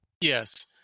Yes